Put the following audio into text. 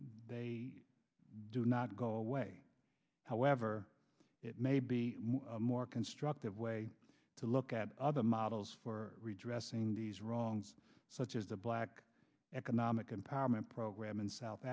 they do not go away however it may be more constructive way to look at other models for redressing these wrongs such as the black economic empowerment program in south